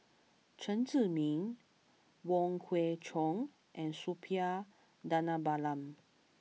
Chen Zhiming Wong Kwei Cheong and Suppiah Dhanabalan